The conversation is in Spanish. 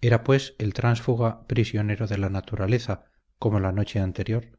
era pues el tránsfuga prisionero de la naturaleza como la noche anterior